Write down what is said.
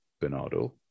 Bernardo